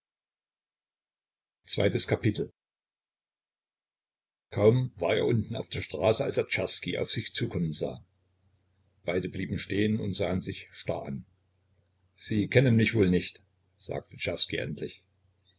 kaum war er unten auf der straße als er czerski auf sich zukommen sah beide blieben stehen und sahen sich starr an sie kennen mich wohl nicht sagte czerski endlich